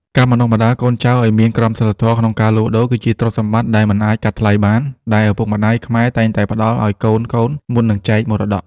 ការបណ្ដុះបណ្ដាលកូនចៅឱ្យមានក្រមសីលធម៌ក្នុងការលក់ដូរ គឺជាទ្រព្យសម្បត្តិដែលមិនអាចកាត់ថ្លៃបាន ដែលឪពុកម្ដាយខ្មែរតែងតែផ្ដល់ឱ្យកូនៗមុននឹងចែកមរតក។